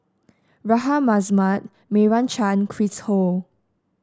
Rahayu Mahzam Meira Chand Chris Ho